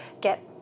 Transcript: get